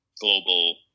global